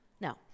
No